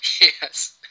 Yes